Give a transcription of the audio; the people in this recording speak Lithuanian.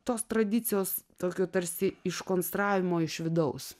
tos tradicijos tokio tarsi iš konstravimo iš vidaus